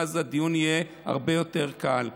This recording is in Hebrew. ואז הדיון יהיה הרבה יותר קל.